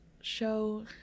show